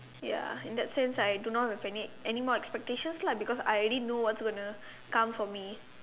ya in that sense I do not have any any more expectation lah because I already know what is going to come for me